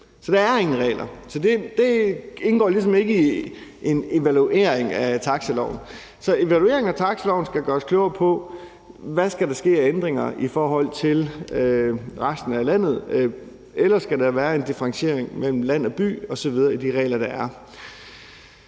Så der er ingen regler, så det indgår ligesom ikke i en evaluering af taxiloven. Så en evaluering af taxiloven skal gøre os klogere på, hvad der skal ske af ændringer i forhold til resten af landet. Ellers skal der være en differentiering mellem land og by osv. i de regler, der er.